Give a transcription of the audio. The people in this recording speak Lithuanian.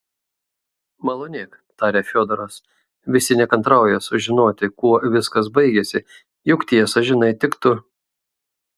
malonėk tarė fiodoras visi nekantrauja sužinoti kuo viskas baigėsi juk tiesą žinai tik tu